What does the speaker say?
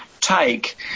take